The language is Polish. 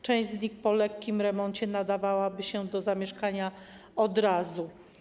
Część z nich po lekkim remoncie nadawałaby się do zamieszkania od razu.